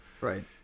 right